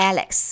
Alex